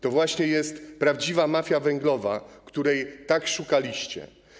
To właśnie jest prawdziwa mafia węglowa, której tak szukaliście.